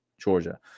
Georgia